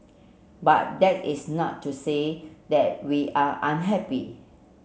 but that is not to say that we are unhappy